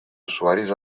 usuaris